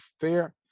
fair